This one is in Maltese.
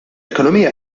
ekonomija